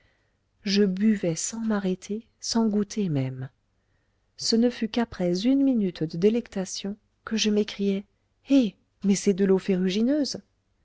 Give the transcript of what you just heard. je buvais sans m'arrêter sans goûter même ce ne fut qu'après une minute de délectation que je m'écriai eh mais c'est de l'eau ferrugineuse